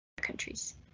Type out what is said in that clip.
countries